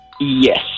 Yes